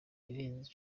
irenze